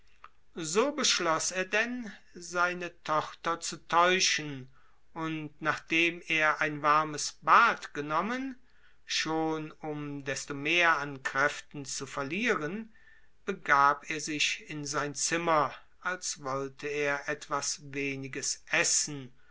so beschloß er denn seine tochter zu täuschen und nachdem er ein warmes bad genommen schon um desto mehr an kräften zu verlieren begab er sich in sein zimmer als wollte er etwas weniges essen